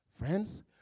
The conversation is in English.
Friends